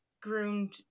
groomed